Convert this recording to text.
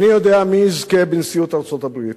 איני יודע מי יזכה בנשיאות ארצות-הברית.